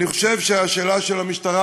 אני חושב שהשאלה של המשטרה,